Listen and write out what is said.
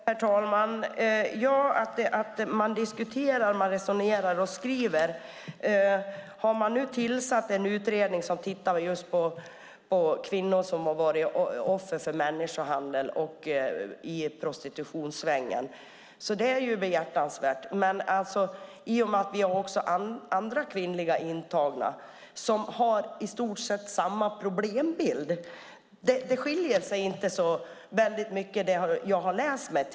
Herr talman! Ja, man diskuterar, resonerar och skriver. Att man tillsatt en utredning som tittar på kvinnor som varit offer för människohandel och varit med i prostitutionssvängen är behjärtansvärt, men det finns andra kvinnliga intagna som har i stort sett samma problembild. Det jag läst mig till är att det inte skiljer så väldigt mycket.